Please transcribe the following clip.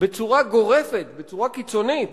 בצורה גורפת, בצורה קיצונית,